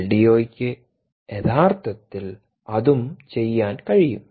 എൽഡിഒയ്ക്ക് യഥാർത്ഥത്തിൽ അതും ചെയ്യാൻ കഴിയും